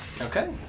Okay